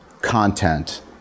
content